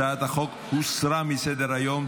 הצעת החוק הוסרה מסדר-היום.